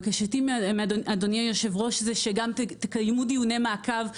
בקשתי מאדוני יושב הראש זה שגם תקיימו דיוני מעקב,